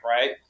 right